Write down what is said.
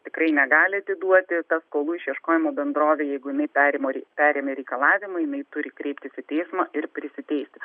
tikrai negali atiduoti skolų išieškojimo bendrovė jeigu jinai perėmo perėmė reikalavimą jinai turi kreiptis į teismą ir prisiteisti